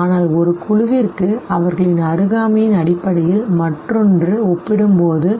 ஆனால் ஒரு குழுவிற்கு அவர்களின் அருகாமையின் அடிப்படையில் மற்றொன்றுடன் ஒப்பிடும்போது